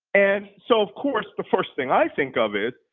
and so of course the first thing i think of is,